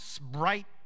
bright